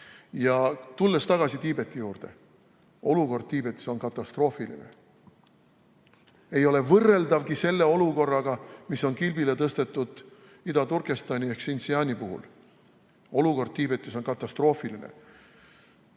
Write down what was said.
Tulles tagasi Tiibeti juurde, olukord Tiibetis on katastroofiline. See ei ole võrreldavgi selle olukorraga, mis on kilbile tõstetud Ida-Turkestani ehk Xinjiangi puhul. Olukord Tiibetis on katastroofiline.